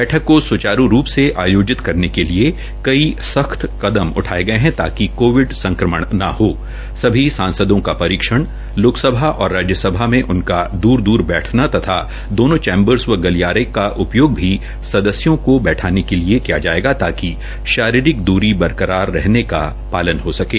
बैठक को सुचारू रूप से आयोजित करने के लिए कई सख्त कदम उठाये गये है ताकि कोविड संक्रमण न हो और इसमें सभी सांसदों का परीक्षण लोकसभा और राज्यसभा में उनका दूर दूर बैठना तथा दोनों चैंबर्स व गलियारे का उपयोग भी सदस्यों को बैठाने के लिए किया जायेगा ताकि शारीरिक द्ररी बरकरार रहने का पालन हो सकें